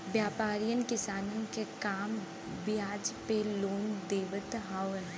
व्यापरीयन किसानन के कम बियाज पे लोन देवत हउवन